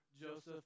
Joseph